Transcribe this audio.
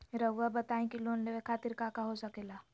रउआ बताई की लोन लेवे खातिर काका हो सके ला?